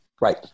right